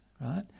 right